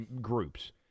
groups